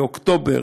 באוקטובר,